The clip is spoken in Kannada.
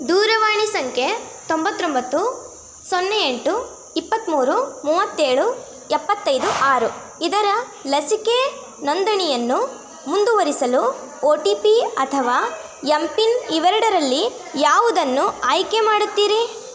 ದೂರವಾಣಿ ಸಂಖ್ಯೆ ತೊಂಬತ್ತೊಂಬತ್ತು ಸೊನ್ನೆ ಎಂಟು ಇಪ್ಪತ್ತ್ಮೂರು ಮೂವತ್ತೇಳು ಎಪತ್ತೈದು ಆರು ಇದರ ಲಸಿಕೆ ನೋಂದಣೆಯನ್ನು ಮುಂದುವರಿಸಲು ಒ ಟಿ ಪಿ ಅಥವಾ ಎಂ ಪಿನ್ ಇವೆರಡರಲ್ಲಿ ಯಾವುದನ್ನು ಆಯ್ಕೆ ಮಾಡುತ್ತೀರಿ